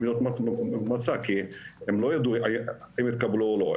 בארצות המוצא כי הם לא ידעו אם יתקבלו או לא,